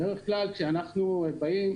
בדרך כלל כשאנחנו באים,